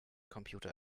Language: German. computer